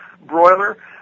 broiler